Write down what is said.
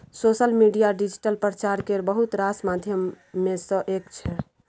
social media digital प्रचार केर बहुत रास माध्यम मे सँ एक छै